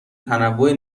تنوع